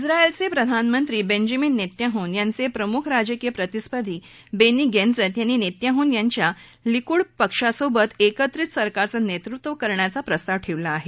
सा िवे प्रधानमंत्री वेंजामीन नेतन्याहू यांचे प्रमुख राजकीय प्रतिस्पर्धी बेनी गॅंटझ् यांनी नेतन्याहू यांच्या लिकुड पक्षासोबत एकत्रित सरकारचं नेतृत्व करण्याचा प्रस्ताव ठेवला आहे